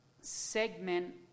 segment